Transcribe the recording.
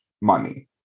money